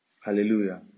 Hallelujah